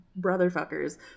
brotherfuckers